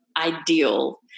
ideal